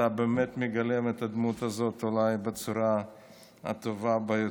אתה באמת מגלם את הדמות הזאת אולי בצורה הטובה ביותר.